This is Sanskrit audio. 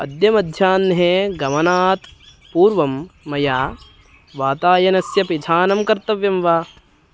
अद्य मध्याह्ने गमनात् पूर्वं मया वातायनस्य पिधानं कर्तव्यं वा